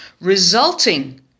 resulting